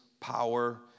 power